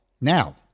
Now